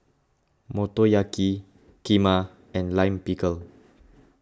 Motoyaki Kheema and Lime Pickle